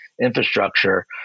infrastructure